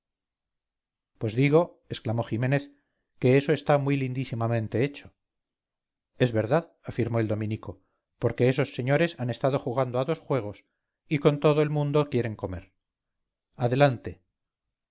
pues digo exclamó ximénez que eso está muy lindísimamente hecho es verdad afirmó el dominico porque esos señores han estado jugando a dos juegos y con todo el mundo quieren comer adelante